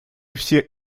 все